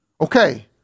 Okay